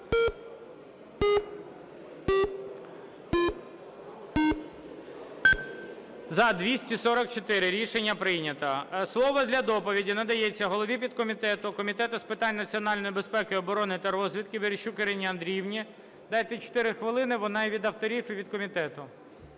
За-244 Рішення прийнято. Слово для доповіді надається голові підкомітету Комітету з питань національної безпеки, оборони та розвідки Верещук Ірині Андріївні. Дайте 4 хвилини: вона і від авторів, і від комітету.